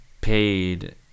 paid